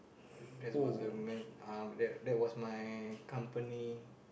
that was a man uh that that was my company